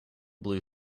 blue